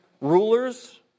rulers